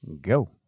go